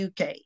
uk